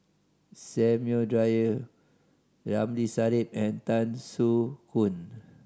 Samuel Dyer Ramli Sarip and Tan Soo Khoon